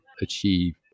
achieve